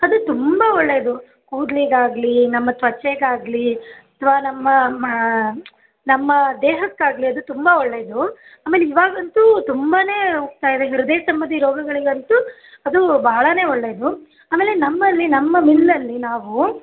ಅದು ತುಂಬಾ ಒಳ್ಳೆಯದು ಕೂದ್ಲಿಗಾಗಲಿ ನಮ್ಮ ತ್ವಚೆಗಾಗಲಿ ಅಥವಾ ನಮ್ಮ ನಮ್ಮ ದೇಹಕ್ಕಾಗಲಿ ಅದು ತುಂಬಾ ಒಳ್ಳೆಯದು ಆಮೇಲೆ ಇವಾಗಂತೂ ತುಂಬಾನೇ ಹೋಗ್ತಾಯಿದೆ ಹೃದಯ ಸಂಬಂಧಿ ರೋಗಗಳಿಗಂತೂ ಅದು ಬಹಳನೇ ಒಳ್ಳೆಯದು ಆಮೇಲೆ ನಮ್ಮಲ್ಲಿ ನಮ್ಮ ಮಿಲ್ಲಲ್ಲಿ ನಾವು